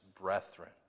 brethren